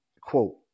Quote